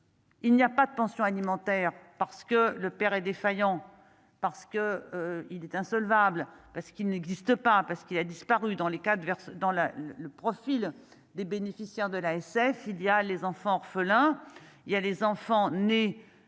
Il n'y a pas de pension alimentaire parce que le père est défaillant parce que il est insolvable, parce qu'il n'existe pas, parce qu'il a disparu dans les cas verse dans la le profil des bénéficiaires de l'ASS, il y a les enfants orphelins, il y a les enfants nés